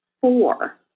four